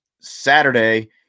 Saturday